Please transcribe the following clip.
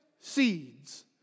seeds